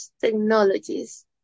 technologies